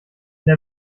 der